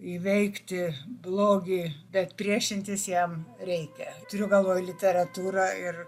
įveikti blogį bet priešintis jam reikia turiu galvoj literatūrą ir